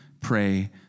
pray